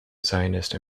zionist